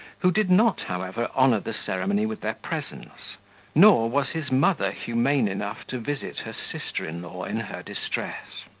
who did not, however, honour the ceremony with their presence nor was his mother humane enough to visit her sister-in-law in her distress.